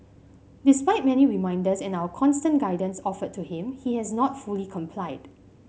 despite many reminders and our constant guidance offered to him he has not fully complied